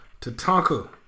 Tatanka